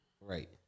Right